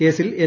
കേസിൽ എൻ